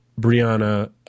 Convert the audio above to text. Brianna